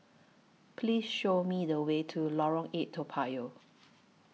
Please Show Me The Way to Lorong eight Toa Payoh